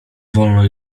wolno